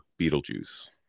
beetlejuice